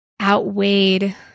outweighed